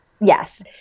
Yes